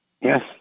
Yes